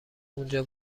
اونجا